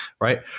Right